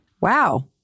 wow